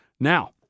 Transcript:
Now